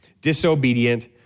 disobedient